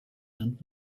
and